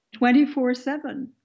24-7